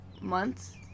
months